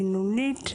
מילולית.